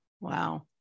Wow